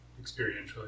experientially